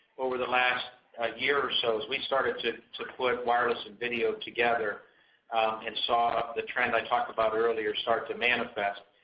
over the last ah year or so, as we started to to put wireless and video together and saw the trend i talk about earlier start to manifest,